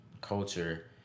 culture